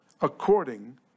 according